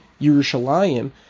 Yerushalayim